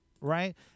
right